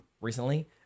recently